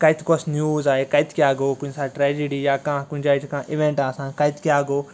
کَتہِ کۄس نِوٕز آے کَتہِ کیٛاہ گوٚو کُنہِ ساتہٕ ٹرٛٮ۪جِڈی یا کانٛہہ کُنہِ جایہِ چھِ کانٛہہ اِوٮ۪نٛٹ آسان کَتہِ کیٛاہ گوٚو